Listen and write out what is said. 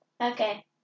Okay